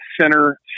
center